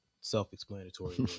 self-explanatory